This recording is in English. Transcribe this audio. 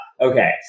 Okay